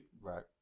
Right